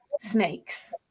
snakes